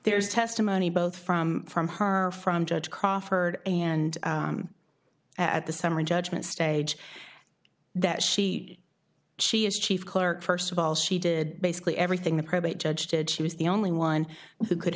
there is testimony both from from her or from judge crawford and at the summary judgment stage that she she is chief clerk first of all she did basically everything the probate judge did she was the only one who could